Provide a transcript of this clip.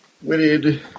witted